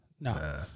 No